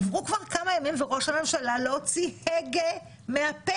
עברו כמה ימים וראש הממשלה לא הוציא הגה מהפה,